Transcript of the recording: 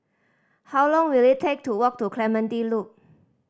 how long will it take to walk to Clementi Loop